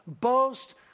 boast